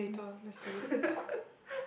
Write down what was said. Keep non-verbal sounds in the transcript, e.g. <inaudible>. um <laughs>